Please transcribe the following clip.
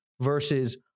versus